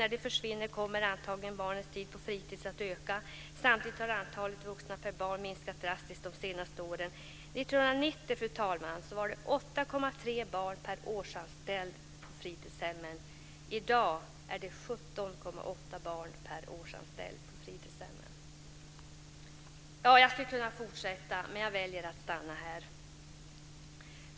När det försvinner kommer antagligen barnens tid på fritids att öka samtidigt som antalet vuxna per barn minskat drastiskt de senaste åren." År 1990, fru talman, var det 8,3 barn per årsanställd på fritidshemmen. I dag är det 17,8 barn per årsanställd på fritidshemmen. Jag skulle kunna fortsätta, men jag väljer att stanna här.